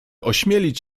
ośmielić